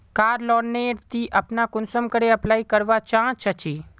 कार loan नेर ती अपना कुंसम करे अप्लाई करवा चाँ चची?